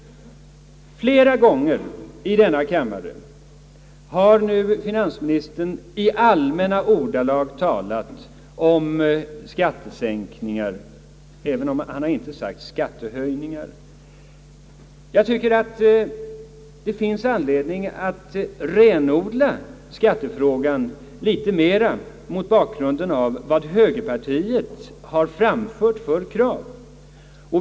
Flera gånger har finansministern i denna kammare i allmänna ordalag talat om höger partiets skattesänkningar. Om sina egna skattehöjningar säger han intet. Jag tycker att det finns anledning att renodia skattefrågan litet mera mot bakgrunden av de krav högerpartiet har framfört.